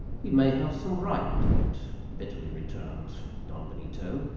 he may have some right to it, bitterly returned don benito,